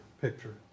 picture